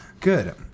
Good